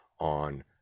on